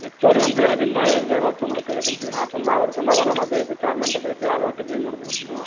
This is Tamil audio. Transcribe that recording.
ஹெச்ஓடி வந்து எனக்கு இன்னும் எந்த நோட்ஸ்ஸும் கொடுக்கலையே தம்பி நான் சொன்ன அவர் சொன்னால்தான நான் போய் இப்போ சேர்மேன்கிட்ட பேசி ஆளை விட்டு கிளீன் பண்ண சொல்ல முடியும்